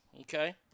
Okay